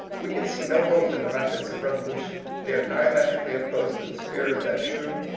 we can see no hope in the methods of revolution. they are diametrically opposed to the spirit of that true,